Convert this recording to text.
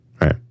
Right